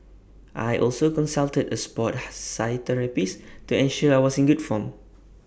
I also consulted A Sport ha physiotherapist to ensure I was in good form